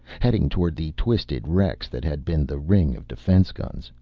heading toward the twisted wrecks that had been the ring of defense guns.